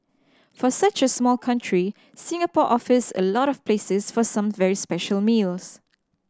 for such a small country Singapore offers a lot of places for some very special meals